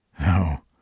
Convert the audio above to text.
No